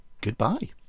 goodbye